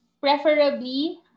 preferably